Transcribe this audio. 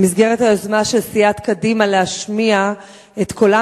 במסגרת היוזמה של סיעת קדימה להשמיע את קולם